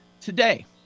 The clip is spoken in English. today